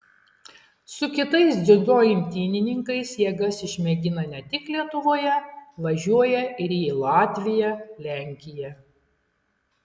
su kitais dziudo imtynininkais jėgas išmėgina ne tik lietuvoje važiuoja ir į latviją lenkiją